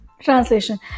Translation